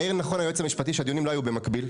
אם מעיר נכון היועץ המשפטי שהדיונים לא היו במקביל,